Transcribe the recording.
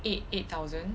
eight eight thousand